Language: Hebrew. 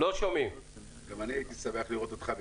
אנחנו כמובן פועלים כדי להגדיל את התפוצה ואת מספר הקוראים,